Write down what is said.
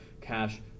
cash